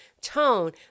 tone